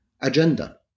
agenda